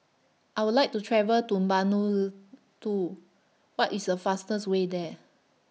I Would like to travel to Vanuatu What IS The fastest Way There